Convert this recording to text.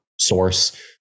source